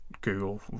Google